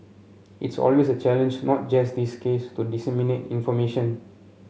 it's always a challenge not just this case to disseminate information